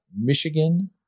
Michigan